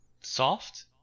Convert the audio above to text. soft